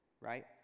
right